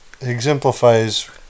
exemplifies